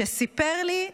והוא סיפר לי,